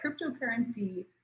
cryptocurrency